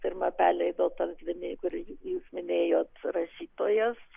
pirma perleido tas dvi kur jūs minėjot rašytojas